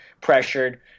pressured